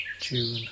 June